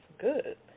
Good